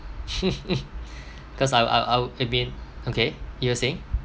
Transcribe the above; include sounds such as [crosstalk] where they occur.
[laughs] because I'll I'll I'll it been okay you were saying